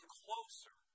closer